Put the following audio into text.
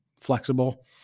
flexible